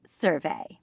survey